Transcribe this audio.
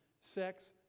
sex